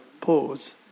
pause